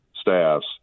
staffs